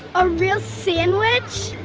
a real sand wich?